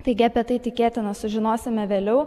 taigi apie tai tikėtina sužinosime vėliau